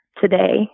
today